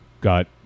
got